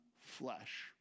flesh